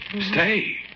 Stay